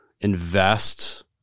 invest